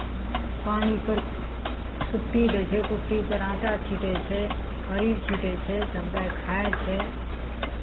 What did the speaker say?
पानिपर कुट्टी दै छै कुट्टीपर आँटा छीँटै छै खड़ी छीँटै छै तब गाय खाइ छै